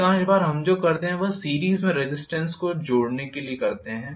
अधिकांश बार हम जो करते हैं वह सीरीस में रेज़िस्टेन्स को जोड़ने के लिए करते है